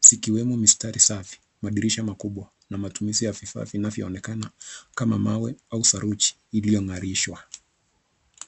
zikiwemo mistari safi, madirisha makubwa na matumizi ya vifaa vinavyoonekana kama mawe au saruji iliyong'arishwa.